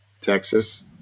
Texas